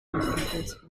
includes